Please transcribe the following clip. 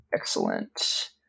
Excellent